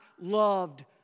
loved